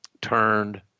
turned